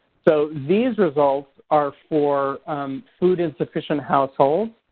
so these results are for food insufficient households.